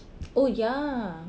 oh ya